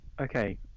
okay